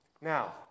Now